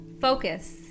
Focus